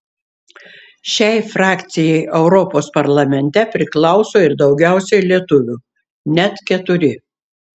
šiai frakcijai europos parlamente priklauso ir daugiausiai lietuvių net keturi